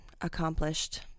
accomplished